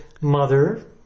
mother